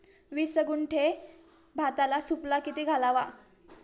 वीस गुंठे भाताला सुफला किती घालावा?